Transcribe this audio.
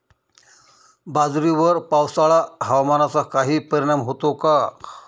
बाजरीवर पावसाळा हवामानाचा काही परिणाम होतो का?